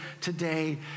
today